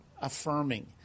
affirming